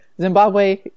Zimbabwe